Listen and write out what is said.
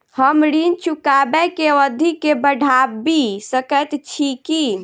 हम ऋण चुकाबै केँ अवधि केँ बढ़ाबी सकैत छी की?